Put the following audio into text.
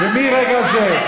מרגע זה,